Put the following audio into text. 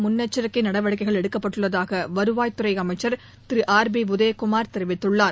முன்னெச்சிக்கை நடவடிக்கைகள் எடுக்கப்பட்டுள்ளதாக வருவாய்த் துறை அமைச்சா் திரு ஆர் பி உதயகுமார் தெரிவித்துள்ளார்